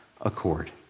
accord